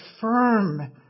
firm